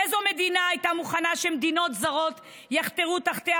איזו עוד מדינה הייתה מוכנה שמדינות זרות יחתרו תחתיה